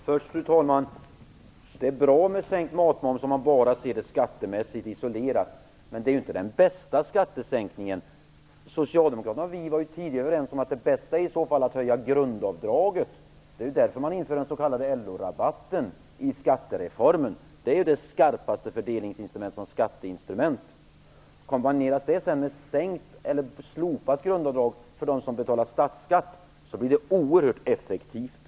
Fru talman! Det är bra med en sänkning av matmomsen om man ser det skattemässigt isolerat. Men detta är ju inte den bästa skattesänkningen. Socialdemokraterna och vi var tidigare överens om att det bästa i så fall är att höja grundavdraget - det är ju anledningen till införandet av den s.k. LO-rabatten i skattereformen. En höjning av grundavdraget är det skarpaste fördelningsinstrumentet på skattesidan. Kombineras det sedan med sänkt eller slopat grundavdrag för dem som betalar statsskatt blir det oerhört effektivt.